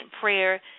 prayer